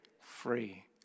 free